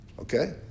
Okay